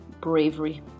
Bravery